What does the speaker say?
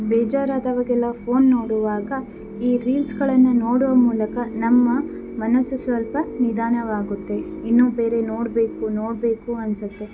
ಬೇಜಾರಾದಾಗೆಲ್ಲ phone ನೋಡುವಾಗ ಈ ರೀಲ್ಸ್ಗಳನ್ನೇ ನೋಡೋ ಮೂಲಕ ನಮ್ಮ ಮನಸ್ಸು ಸ್ವಲ್ಪ ನಿಧಾನವಾಗುತ್ತೆ ಇನ್ನು ಬೇರೆ ನೋಡಬೇಕು ನೋಡಬೇಕು ಅನಿಸುತ್ತೆ